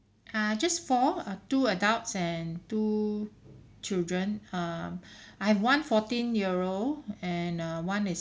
err just four uh two adults and two children um I've one fourteen year old and uh one is